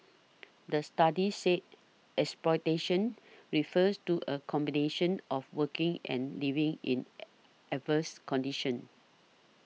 the study said exploitation refers to a combination of working and living in adverse conditions